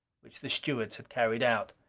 which the stewards had carried out.